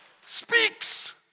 speaks